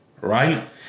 right